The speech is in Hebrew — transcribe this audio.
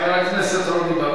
חבר הכנסת רוני בר-און,